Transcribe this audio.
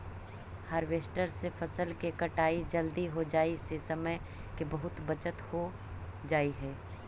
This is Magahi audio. हार्वेस्टर से फसल के कटाई जल्दी हो जाई से समय के बहुत बचत हो जाऽ हई